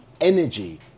energy